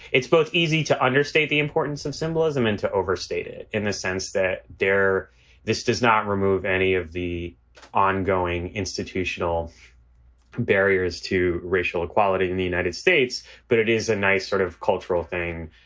it's both easy to understate the importance of symbolism into overstate it in the sense that there this does not remove any of the ongoing institutional barriers to racial equality in the united states. but it is a nice sort of cultural thing